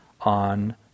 on